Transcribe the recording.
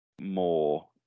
more